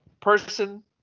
person